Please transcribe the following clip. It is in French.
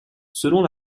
selon